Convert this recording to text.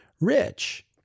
rich